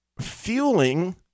fueling